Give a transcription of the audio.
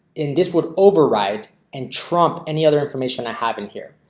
in this would override and trump any other information i have in here.